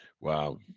Wow